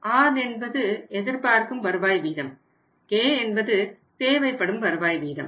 r என்பது எதிர்பார்க்கும் வருவாய் வீதம் K என்பது தேவைப்படும் வருவாய் வீதம்